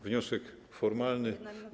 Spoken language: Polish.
Wniosek formalny.